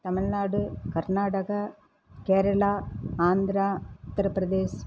Tamil Nadu Karnataka Kerala Andhra Uttar Pradesh